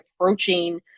approaching